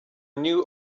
new